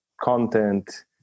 content